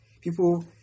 people